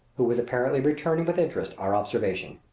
who was apparently returning with interest our observation.